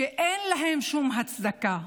שאין להם שום הצדקה.